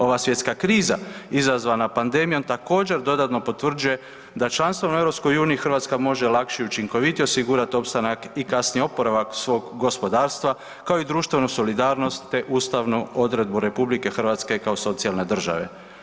Ova svjetska kriza izazvana pandemijom također dodatno potvrđuje da članstvom u EU Hrvatska može lakše i učinkovitije osigurati opstanak i kasnije oporavak svog gospodarstva kao i društvenu solidarnost te ustavnu odredbu RH kao socijalne države.